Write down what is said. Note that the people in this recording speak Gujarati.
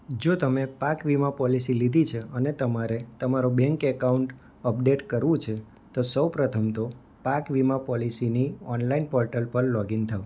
જો તમે પાક વીમા પોલિસી લીધી છે અને તમારે તમારો બેન્ક એકાઉન્ટ અપડેટ કરવું છે તો સૌપ્રથમ તો પાક વીમા પોલિસીની ઓનલાઈન પોર્ટલ પર લૉગ ઇન થવું